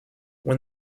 when